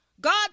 God